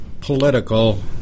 political